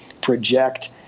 project